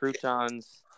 croutons